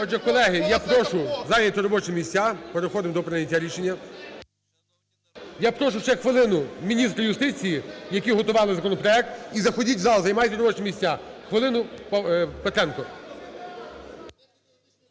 колеги, я прошу зайняти робочі місця, переходимо до прийняття рішення. Я прошу ще хвилину міністр юстиції, які готували законопроект. І заходіть в зал, займайте робочі місця. Хвилину, Петренко.